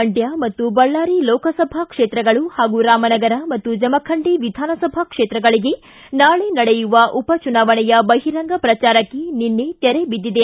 ಮಂಡ್ಡ ಮತ್ತು ಬಳ್ಳಾರಿ ಲೋಕಸಭಾ ಕ್ಷೇತ್ರಗಳು ಹಾಗೂ ರಾಮನಗರ ಮತ್ತು ಜಮಖಂಡಿ ವಿಧಾನಸಭಾ ಕ್ಷೇತ್ರಗಳಿಗೆ ನಾಳೆ ನಡೆಯುವ ಉಪಚುನಾವಣೆಯ ಬಹಿರಂಗ ಪ್ರಚಾರಕ್ಷೆ ನಿನ್ನೆ ತೆರೆ ಬಿದ್ದಿದೆ